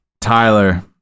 Tyler